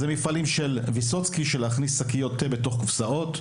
זה מפעלים של ויסוצקי של להכניס שקיות תה בתוך קופסאות,